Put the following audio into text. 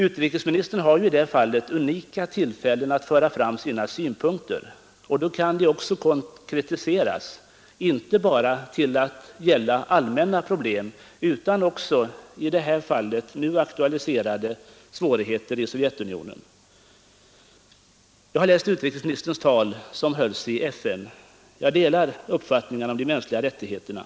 Utrikesministern har i det fallet unika tillfällen att få dra sina synpunkter, och de kan konkretiseras till att gälla inte bara allmänna problem utan också de nu aktualiserade svårigheterna i Sovjetunionen. Jag har läst utrikesministerns tal inför FN, och jag delar uppfattningen om de mänskliga rättigheterna.